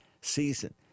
season